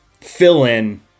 fill-in